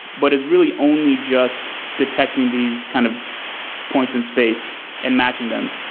but it's really only just detecting these kind of points in space and matching them.